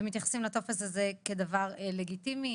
ומתייחסים לטופס הזה כדבר לגיטימי.